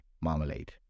Marmalade